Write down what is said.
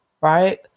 Right